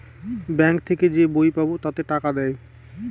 bank থেকে যে বই পাবো তাতে টাকা দেয়